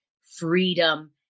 freedom